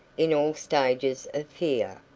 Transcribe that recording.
in all stages of fear,